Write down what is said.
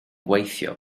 gweithio